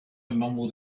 mumbled